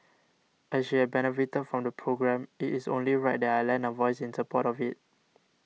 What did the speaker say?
as she had benefited from the programme it is only right that I lend a voice in support of it